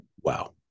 Wow